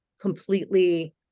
completely